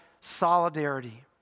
solidarity